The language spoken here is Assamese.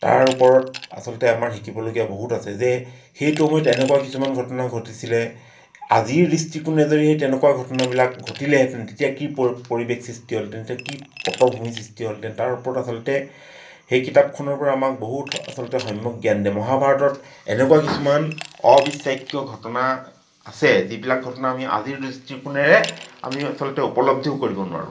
তাৰ ওপৰত আচলতে আমাৰ শিকিবলগীয়া বহুত আছে যে সেইটো সময়ত এনেকুৱা কিছুমান ঘটনা ঘটিছিলে আজিৰ দৃষ্টিকোণে যদি সেই তেনেকুৱা ঘটনাবিলাক ঘটিলেহেঁতেন তেতিয়া কি প পৰিৱেশ সৃষ্টি হ'লহেঁতেনে কি পটভূমি সৃষ্টি হ'লহেঁতেন তাৰ ওপৰত আচলতে সেই কিতাপখনৰ পৰা আমাক বহুত আচলতে সম্যক জ্ঞান দিয়ে মহাভাৰতত এনেকুৱা কিছুমান অবিশ্বাসীয় ঘটনা আছে যিবিলাক ঘটনা আমি আজিৰ দৃষ্টিকোণেৰে আমি আচলতে উপলব্ধিও কৰিব নোৱাৰোঁ